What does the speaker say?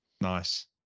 nice